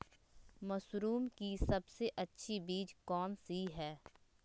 Mushroom की सबसे अच्छी बीज कौन सी है?